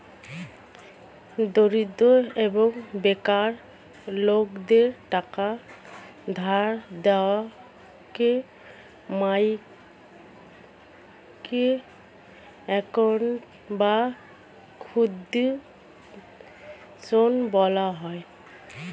দরিদ্র এবং বেকার লোকদের টাকা ধার দেওয়াকে মাইক্রো ক্রেডিট বা ক্ষুদ্র ঋণ বলা হয়